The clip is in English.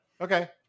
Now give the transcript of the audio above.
Okay